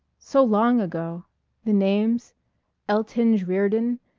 so long ago the names eltynge reardon,